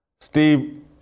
steve